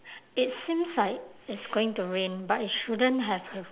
it seems like it's going to rain but it shouldn't have have